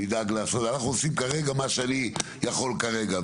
אנחנו עושים כרגע מה שאני יכול כרגע,